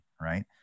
Right